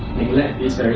neglect this